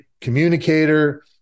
communicator